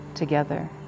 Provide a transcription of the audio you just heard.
together